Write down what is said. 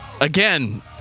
Again